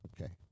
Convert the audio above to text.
okay